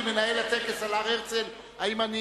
המקשר, בשני עניינים.